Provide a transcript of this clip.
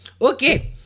Okay